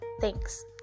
thanks